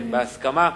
בהסכמה,